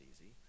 easy